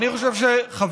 אבל?